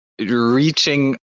reaching